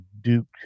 Duke